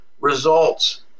results